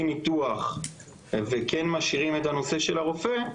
ניתוח וכן משאירים את הנושא של הרופא,